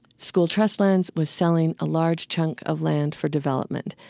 school trust lands was selling a large chunk of land for development.